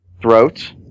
throat